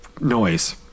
noise